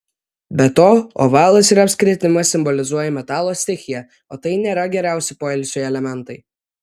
be to ovalas ir apskritimas simbolizuoja metalo stichiją o tai nėra geriausi poilsiui elementai